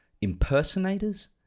impersonators